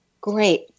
Great